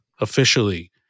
officially